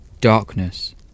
Darkness